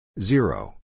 Zero